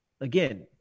again